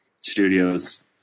studios